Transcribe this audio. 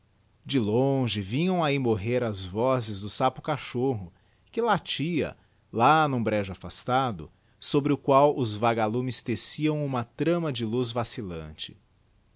de longe vinham ahi morrer as vozes do sapo cachorro que latia lá n'um brejo afastado sobre o qual os vagalumes teciam uma trama de luz vacillante